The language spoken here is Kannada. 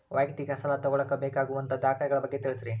ವೈಯಕ್ತಿಕ ಸಾಲ ತಗೋಳಾಕ ಬೇಕಾಗುವಂಥ ದಾಖಲೆಗಳ ಬಗ್ಗೆ ತಿಳಸ್ರಿ